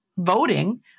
Voting